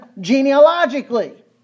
genealogically